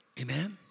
Amen